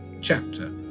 chapter